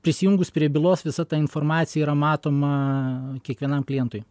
prisijungus prie bylos visa ta informacija yra matoma kiekvienam klientui